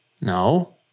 No